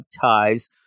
ties